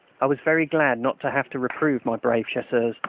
i was very glad not to have to reprove my brave chasseurs,